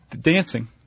dancing